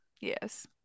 Yes